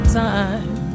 time